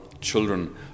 children